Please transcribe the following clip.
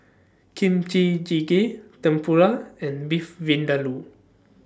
Kimchi Jjigae Tempura and Beef Vindaloo